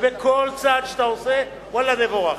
ובכל צעד שאתה עושה, ואללה נבורך.